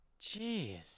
Jeez